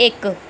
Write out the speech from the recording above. इक